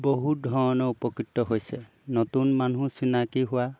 বহুত ধৰণৰ উপকৃত হৈছে নতুন মানুহ চিনাকি হোৱা